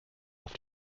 auf